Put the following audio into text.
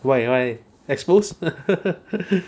why you why exposed